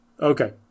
Okay